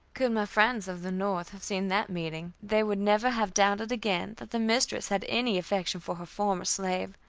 could my friends of the north have seen that meeting, they would never have doubted again that the mistress had any affection for her former slave.